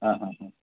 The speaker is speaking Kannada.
ಹಾಂ ಹಾಂ ಹಾಂ